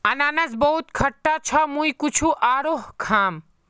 अनन्नास बहुत खट्टा छ मुई कुछू आरोह खाम